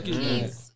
please